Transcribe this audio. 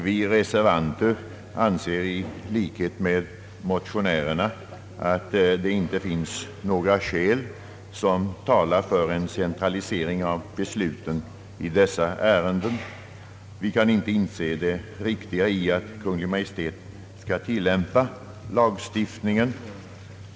Vi reservanter anser i likhet med motionärerna att det inte finns några skäl som talar för en centralisering av besluten i dessa ärenden. Vi kan inte inse det riktiga i att Kungl. Maj:t skall tilllämpa lagstiftningen.